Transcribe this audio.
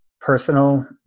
personal